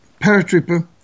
paratrooper